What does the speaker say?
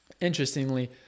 Interestingly